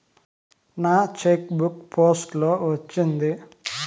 నా cheque book post లో వచ్చింది